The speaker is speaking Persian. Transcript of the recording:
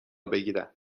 بگیرم